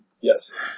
Yes